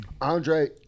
Andre